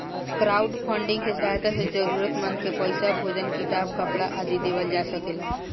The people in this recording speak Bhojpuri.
क्राउडफंडिंग के सहायता से जरूरतमंद के पईसा, भोजन किताब, कपरा आदि देवल जा सकेला